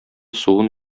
суын